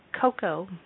Coco